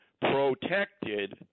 protected